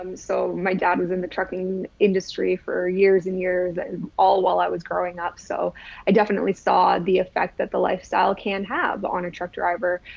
um so my dad was in the trucking industry for ah years and years and all while i was growing up. so i definitely saw the effect that the lifestyle can have on a truck driver,